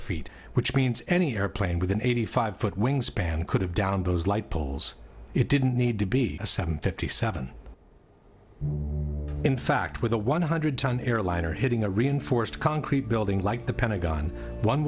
feet which means any airplane with an eighty five foot wingspan could have down those light poles it didn't need to be a seven fifty seven in fact with a one hundred ton airliner hitting a reinforced concrete building like the pentagon one